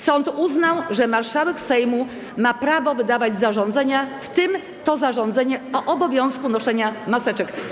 Sąd uznał, że marszałek Sejmu ma prawo wydawać zarządzenia, w tym to zarządzenie o obowiązku noszenia maseczek.